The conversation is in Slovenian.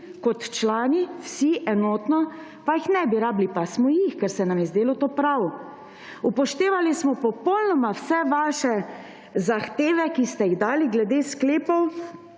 kot člani, vsi, enotno, pa jih ne bi rabili, pa smo jih, ker se nam je zdelo to prav. Upoštevali smo popolnoma vse vaše zahteve, ki ste jih dali glede sklepov